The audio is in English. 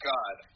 God